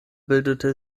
bildete